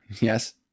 Yes